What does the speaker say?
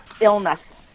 illness